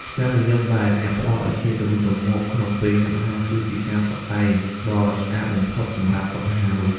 ស្នាមញញឹមដែលអ្នកផ្ដល់ឱ្យគ្នាទៅវិញទៅមកក្នុងពេលញ៉ាំអាហារ គឺជាការតុបតែងដ៏ស្អាតបំផុតសម្រាប់តុអាហារនោះ។